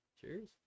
Cheers